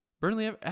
Burnley